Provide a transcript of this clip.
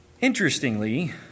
Interestingly